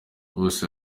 bose